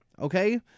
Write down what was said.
okay